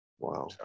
Wow